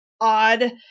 odd